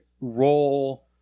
role